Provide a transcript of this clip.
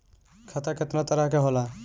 खाता केतना तरह के होला?